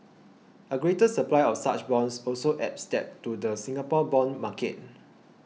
a greater supply of such bonds also adds depth to the Singapore bond market